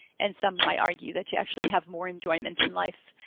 and some might argue that you actually have more enjoyment in life